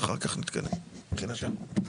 ואחר כך נתקדם מבחינתי.